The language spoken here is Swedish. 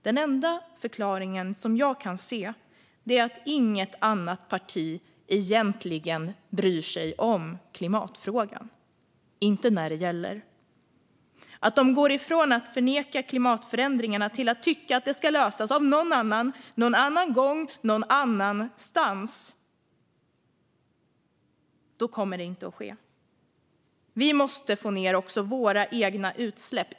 Den enda förklaring som jag kan se är att inget annat parti egentligen bryr sig om klimatfrågan - inte när det gäller. De går från att förneka klimatförändringarna till att tycka att de ska lösas av någon annan, någon annan gång och någon annanstans. Men då kommer det inte att ske. Vi måste få ned också våra egna utsläpp.